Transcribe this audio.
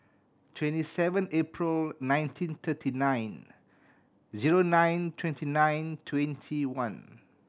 twenty seven April nineteen thirty nine zero nine twenty nine twenty one